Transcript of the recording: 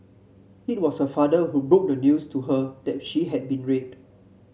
it was her father who broke the news to her that she had been raped